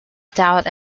stout